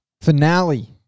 finale